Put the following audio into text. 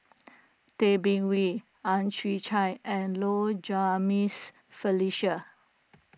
Tay Bin Wee Ang Chwee Chai and Low Jimenez Felicia